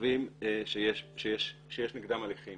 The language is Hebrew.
במצבים שיש נגדם הליכים